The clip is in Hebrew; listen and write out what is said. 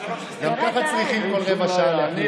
גם ככה צריכים כל רבע שעה להחליף מישהו.